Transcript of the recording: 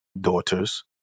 daughters